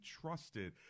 trusted